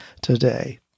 today